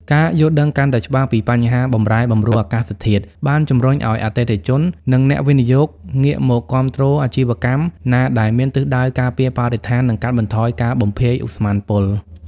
ការយល់ដឹងកាន់តែច្បាស់ពីបញ្ហាបម្រែបម្រួលអាកាសធាតុ បានជម្រុញឱ្យអតិថិជន និងអ្នកវិនិយោគងាកមកគាំទ្រអាជីវកម្មណាដែលមានទិសដៅការពារបរិស្ថាន និងកាត់បន្ថយការបំភាយឧស្ម័នពុល។